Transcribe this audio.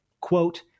quote